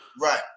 Right